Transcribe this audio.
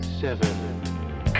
Seven